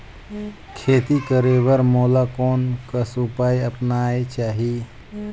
खेती करे बर मोला कोन कस उपाय अपनाये चाही?